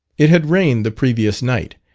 it had rained the previous night,